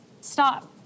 stop